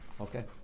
okay